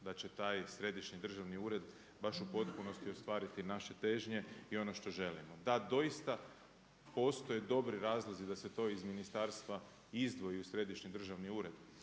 da će taj Središnji državni ured baš u potpunosti ostvariti naše težnje i ono što želimo da doista postoje dobri razlozi da se to iz ministarstva izdvoji u središnji državni ured.